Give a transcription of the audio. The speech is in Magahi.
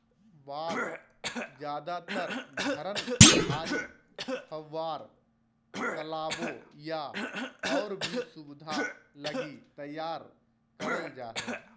बाग ज्यादातर झरन, झाड़ी, फव्वार, तालाबो या और भी सुविधा लगी तैयार करल जा हइ